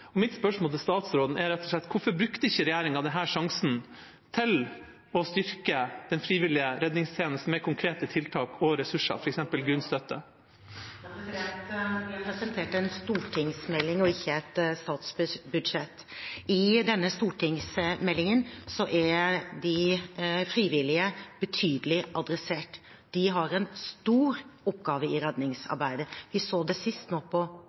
Mitt spørsmål til statsråden er rett og slett: Hvorfor brukte ikke regjeringa denne sjansen til å styrke den frivillige redningstjenesten med konkrete tiltak og ressurser gjennom økt støtte? Vi har presentert en stortingsmelding og ikke et statsbudsjett. I denne stortingsmeldingen er de frivillige betydelig adressert. De har en stor oppgave i redningsarbeidet. Vi så det sist nå